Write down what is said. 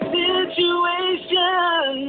situation